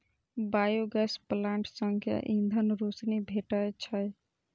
biogas plant सं ईंधन, रोशनी भेटै छै